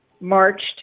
marched